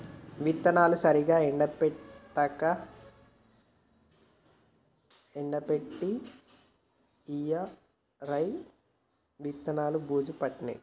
విత్తనాలను సరిగా ఎండపెట్టక ఈరయ్య విత్తనాలు బూజు పట్టినాయి